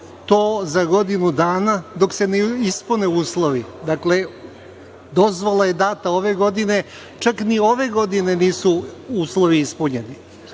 to za godinu dana dok se ne ispune uslovi. Dakle, dozvola je data ove godine. Čak ni ove godine nisu uslovi ispunjeni.